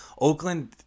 Oakland